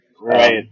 Right